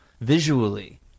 visually